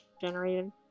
generated